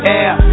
air